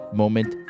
moment